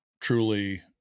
truly